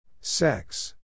Sex